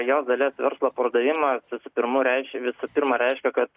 jos dalies verslo pardavima visu pirmu visų pirma reiškia kad